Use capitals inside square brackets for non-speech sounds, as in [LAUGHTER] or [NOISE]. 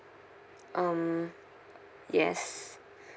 um yes [BREATH]